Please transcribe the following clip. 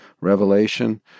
revelation